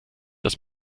dass